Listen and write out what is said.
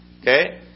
Okay